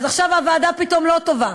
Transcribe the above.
אז עכשיו הוועדה פתאום לא טובה.